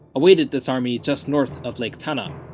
awaited this army just north of lake tana.